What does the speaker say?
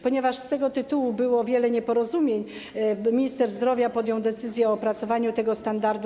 Ponieważ z tego tytułu było wiele nieporozumień, minister zdrowia podjął decyzję o opracowaniu tego standardu.